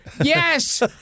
Yes